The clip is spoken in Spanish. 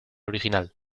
original